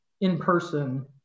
in-person